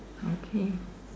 okay